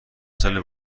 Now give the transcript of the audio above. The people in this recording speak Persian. ساله